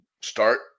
start